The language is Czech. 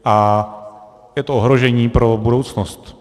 A je to ohrožení pro budoucnost.